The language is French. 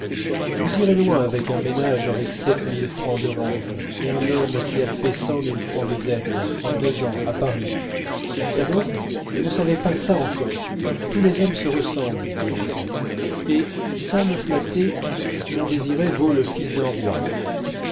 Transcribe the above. vous irez loin avec un ménage avec sept mille francs de rente et un homme qui a fait cent mille francs de dettes en deux ans à paris d'abord vous ne savez pas ça encore tous les hommes se ressemblent mon enfant et sans me flatter mon désiré vaut le fils d'un roi